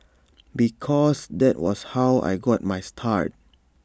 because that was how I got my start